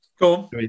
Cool